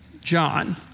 John